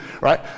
right